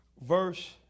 Verse